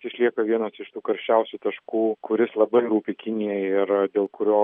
išlieka vienas iš tų karščiausių taškų kuris labai rūpi kinijai ir dėl kurio